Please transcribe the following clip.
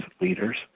leaders